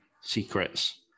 secrets